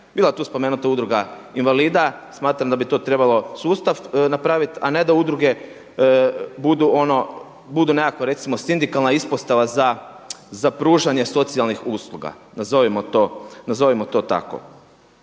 Bila je tu spomenuta Udruga invalida, smatram da bi to trebalo sustav napraviti, a ne da udruge bude nekakva recimo sindikalna ispostava za pružanje socijalnih usluga, nazovimo to tako.